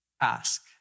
ask